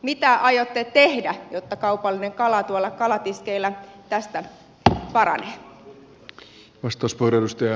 mitä aiotte tehdä jotta kaupallinen kala tuolla kalatiskeillä tästä paranee